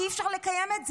כי אי-אפשר לקיים את זה,